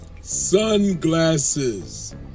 sunglasses